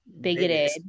bigoted